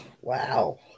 Wow